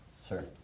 Sir